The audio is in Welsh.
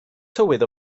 tywydd